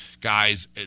guys